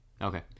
Okay